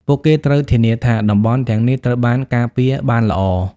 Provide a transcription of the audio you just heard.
ពួកគេត្រូវធានាថា តំបន់ទាំងនេះត្រូវបានការពារបានល្អ។